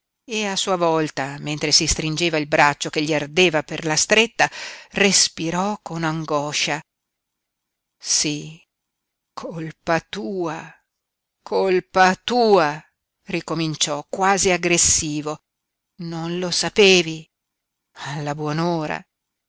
e a sua volta mentre si stringeva il braccio che gli ardeva per la stretta respirò con angoscia sí colpa tua colpa tua ricominciò quasi aggressivo non lo sapevi alla